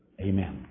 Amen